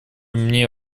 мне